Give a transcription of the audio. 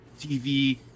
TV